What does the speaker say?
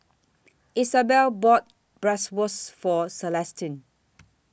Isabel bought Bratwurst For Celestine